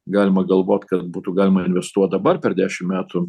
galima galvot kad būtų galima investuot dabar per dešim metų